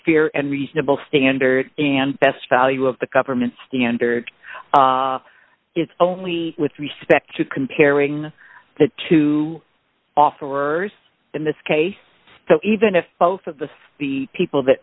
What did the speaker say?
fear and reasonable standard and best value of the government standard is only with respect to comparing the two offer ours in this case even if both of the the people that